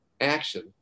action